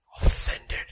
Offended